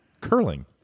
curling